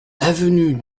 avenue